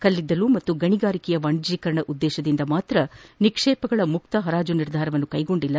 ಕಲ್ಲಿದ್ದಲು ಮತ್ತು ಗಣಿಗಾರಿಕೆಯ ವಾಣಿಜ್ಞೀಕರಣ ಉದ್ದೇಶದಿಂದ ಮಾತ್ರ ನಿಕ್ಷೇಪಗಳ ಮುಕ್ತ ಹರಾಜು ನಿರ್ಧಾರವನ್ನು ಕ್ಲೆಗೊಂಡಿಲ್ಲ